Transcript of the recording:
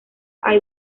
hay